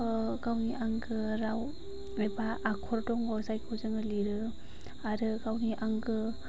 गावनि आंगो राव एबा आखर दङ जायखौ जोङो लिरो आरो गावनि आंगो